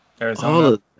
Arizona